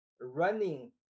running